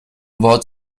war